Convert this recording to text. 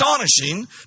astonishing